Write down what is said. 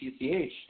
PCH